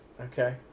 Okay